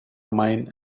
mine